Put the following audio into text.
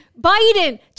Biden